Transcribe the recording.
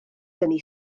dynnu